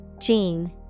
Gene